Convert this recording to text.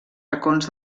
racons